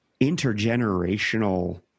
intergenerational